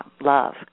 love